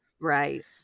Right